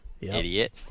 idiot